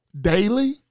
daily